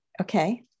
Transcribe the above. Okay